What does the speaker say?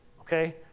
okay